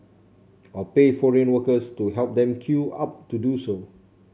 or pay foreign workers to help them queue up to do so